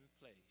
place